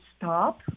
stop